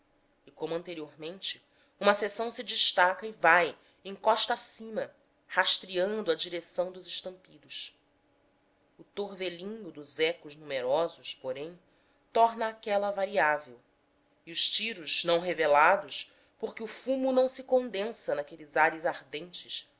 e como anteriormente uma seção se destaca e vai encosta acima rastreando a direção dos estampidos o torvelino dos ecos numerosos porém torna aquela variável e os tiros não revelados porque o fumo não se condensa naqueles ares ardentes